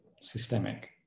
systemic